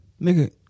Nigga